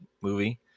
movie